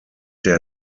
der